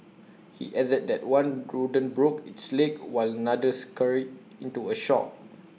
he added that one rodent broke its leg while another scurried into A shop